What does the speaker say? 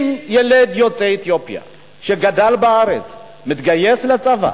אם ילד יוצא אתיופיה שגדל בארץ מתגייס לצבא,